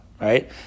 right